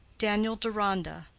daniel deronda,